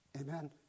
Amen